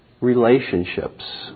relationships